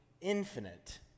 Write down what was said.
infinite